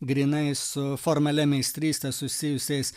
grynai su formalia meistryste susijusiais